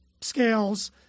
scales